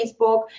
Facebook